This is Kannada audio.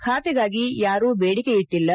ಖಾತೆಗಾಗಿ ಯಾರೂ ಬೇಡಿಕೆ ಇಟ್ಟಿಲ್ಲ